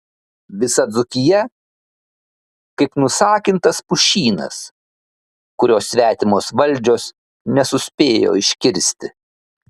visa dzūkija kaip nusakintas pušynas kurio svetimos valdžios nesuspėjo iškirsti